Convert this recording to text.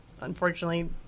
unfortunately